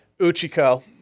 uchiko